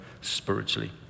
spiritually